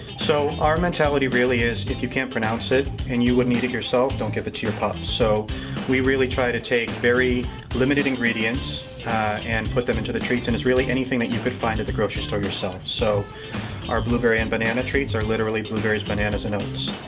so our mentality really is, if you can't pronounce it and you wouldn't eat it yourself, don't give it to your pup. um so we really try to take very limited ingredients and put them into the treats and it's really anything that you could find at the grocery store yourself. so our blueberry and banana treats are literally, blueberries, bananas and oats,